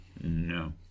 No